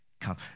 come